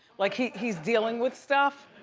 like, he's he's dealing with stuff?